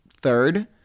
third